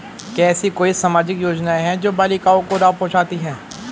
क्या ऐसी कोई सामाजिक योजनाएँ हैं जो बालिकाओं को लाभ पहुँचाती हैं?